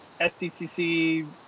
SDCC